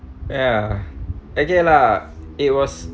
ya okay lah it was